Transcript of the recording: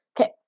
Okay